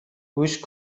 گوش